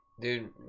Dude